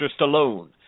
Stallone